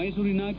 ಮೈಸೂರಿನ ಕೆ